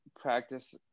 practice